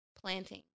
planting